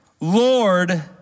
Lord